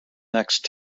next